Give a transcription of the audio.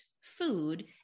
food